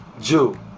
Jew